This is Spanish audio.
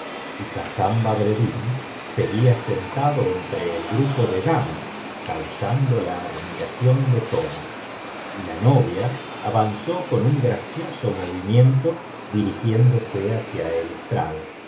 hassán badreddin seguía sentado entre el grupo de damas causando la admiración de todas y la novia avanzó con un gracioso movimiento dirigiéndose hacia el estrado